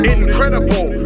Incredible